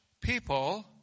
people